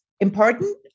important